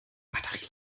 batterie